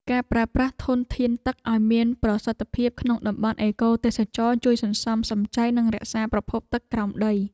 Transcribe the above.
ការប្រើប្រាស់ធនធានទឹកឱ្យមានប្រសិទ្ធភាពក្នុងតំបន់ទេសចរណ៍ជួយសន្សំសំចៃ និងរក្សាប្រភពទឹកក្រោមដី។